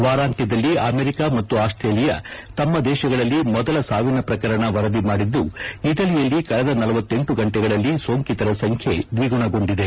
ವಾರಾಂತ್ಯದಲ್ಲಿ ಅಮೆರಿಕಾ ಮತ್ತು ಆಸ್ಟ್ರೇಲಿಯಾ ತಮ್ಮ ದೇಶದಲ್ಲಿ ಮೊದಲ ಸಾವಿನ ಪ್ರಕರಣ ವರದಿ ಮಾಡಿದ್ದು ಇಟಲಿಯಲ್ಲಿ ಕಳೆದ ಳಲ ಗಂಟೆಗಳಲ್ಲಿ ಸೋಂಕಿತರ ಸಂಖ್ಯೆ ದ್ವಿಗುಣಗೊಂಡಿದೆ